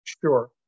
Sure